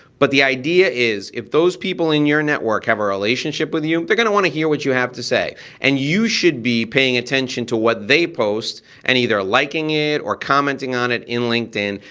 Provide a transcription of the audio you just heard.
but the idea is if those people in your network have a relationship with you, they're gonna wanna hear what you have to say, and you should be paying attention to what they post and either liking it or commenting on it in linkedin.